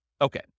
Okay